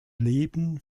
leben